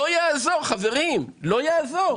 לא יעזור, חברים, לא יעזור,